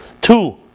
two